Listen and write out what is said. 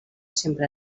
sempre